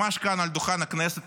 ממש כאן על דוכן הכנסת,